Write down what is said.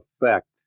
effect